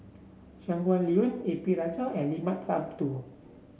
Shangguan Liuyun A P Rajah and Limat Sabtu